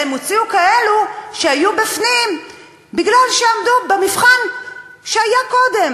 אלא הם הוציאו כאלה שהיו בפנים כי עמדו במבחן שהיה קודם,